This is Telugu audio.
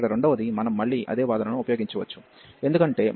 ఇక్కడ రెండవది మనం మళ్ళీ అదే వాదనను ఉపయోగించవచ్చు ఎందుకంటే మళ్ళీ ఈ cos x e xx2